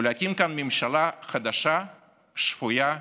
ולהקים כאן ממשלה חדשה שפויה וליברלית.